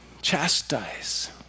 chastise